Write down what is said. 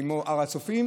כמו הר הצופים,